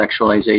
sexualization